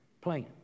plan